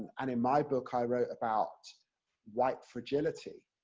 and in my book i wrote about white fragility,